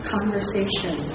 Conversation